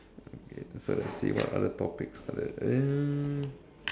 okay so let's see what other topics are there um